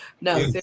No